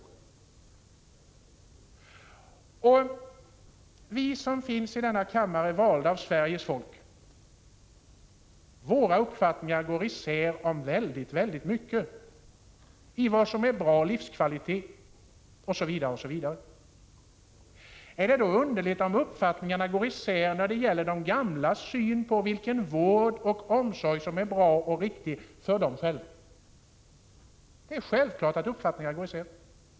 De uppfattningar som vi som finns i denna kammare, valda av Sveriges folk, har går isär om väldigt mycket, om vad som är bra livskvalitet osv. Är det då underligt om uppfattningarna går isär när det gäller de gamlas syn på vilken vård och omsorg som är bra och riktig för dem själva? Det är självklart att uppfattningarna går isär.